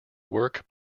work